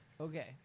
Okay